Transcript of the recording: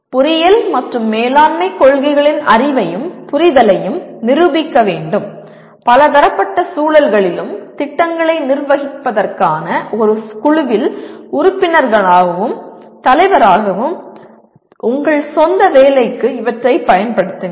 பொறியியல் மற்றும் மேலாண்மைக் கொள்கைகளின் அறிவையும் புரிதலையும் நிரூபிக்க வேண்டும் பலதரப்பட்ட சூழல்களிலும் திட்டங்களை நிர்வகிப்பதற்கான ஒரு குழுவில் உறுப்பினராகவும் தலைவராகவும் உங்களின் சொந்த வேலைக்கு இவற்றைப் பயன்படுத்துங்கள்